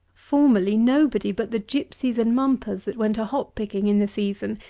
formerly, nobody but the gypsies and mumpers, that went a hop-picking in the season,